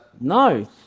no